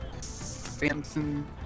Samson